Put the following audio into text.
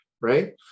right